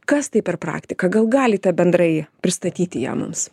kas tai per praktika gal galite bendrai pristatyti ją mums